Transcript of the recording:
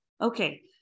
Okay